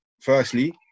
firstly